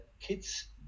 kids